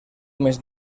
més